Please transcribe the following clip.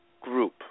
group